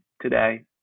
today